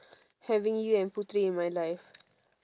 having you and putri in my life